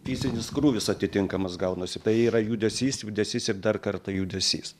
fizinis krūvis atitinkamas gaunasi tai yra judesys judesys ir dar kartą judesys